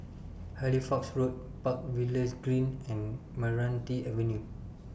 Halifax Road Park Villas Green and Meranti Avenue